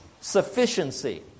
sufficiency